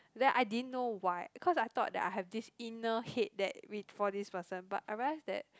then I didn't know why cause I thought that I have this inner hate that with for this person but I realise that